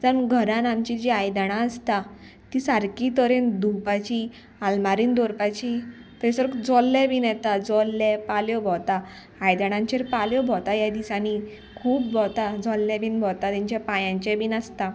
घरान आमची जी आयदनां आसता ती सारकी तरेन धुवपाची आलमारीन दवरपाची थंयसर जोल्ले बीन येता जोले पाल्यो भोंवता आयदणांचेर पाल्यो भोंवता ह्या दिसांनी खूब भोंवता झोल्ले बीन भोंवता तेंच्या पांयांचे बीन आसता